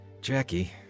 Jackie